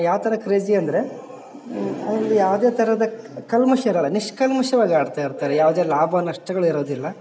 ಯಾವ್ಥರ ಕ್ರೇಜಿ ಅಂದರೆ ಅದರಲ್ಲಿ ಯಾವುದೇ ಥರದ ಕಲ್ಮಶ ಇರಲ್ಲ ನಿಷ್ಕಲ್ಮಶವಾಗಿ ಆಡ್ತಾ ಇರ್ತಾರೆ ಯಾವುದೇ ಲಾಭ ನಷ್ಟಗಳಿರೋದಿಲ್ಲ